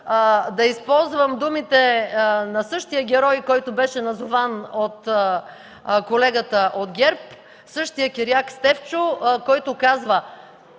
да използвам думите на същия герой, който беше назован от колегата от ГЕРБ, същият „Киряк Стефчо”, който казва